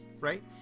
right